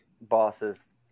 bosses